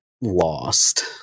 lost